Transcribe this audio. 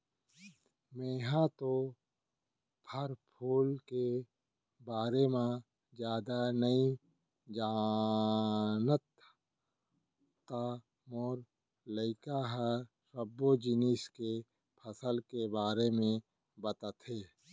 मेंहा तो फर फूल के बारे म जादा नइ जानव त मोर लइका ह सब्बो जिनिस के फसल के बारे बताथे